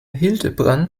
hildebrand